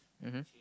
mmhmm